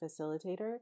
facilitator